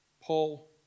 Paul